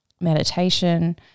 meditation